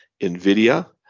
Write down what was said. NVIDIA